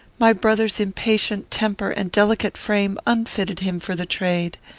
my brother's impatient temper and delicate frame unfitted him for the trade.